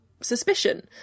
suspicion